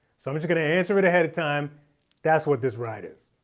so i'm just gonna answer it ahead of time that's what this ride is.